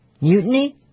Mutiny